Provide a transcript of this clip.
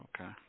Okay